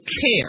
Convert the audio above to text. care